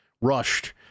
rushed